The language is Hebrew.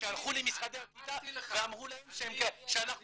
שהלכו למשרדי הקליטה ואמרו להם שאנחנו